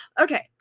Okay